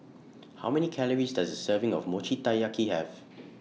How Many Calories Does A Serving of Mochi Taiyaki Have